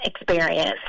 experience